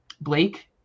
blake